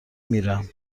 میرم